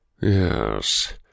Yes